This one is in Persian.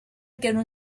گرون